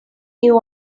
new